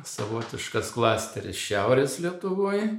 savotiškas klasteris šiaurės lietuvoj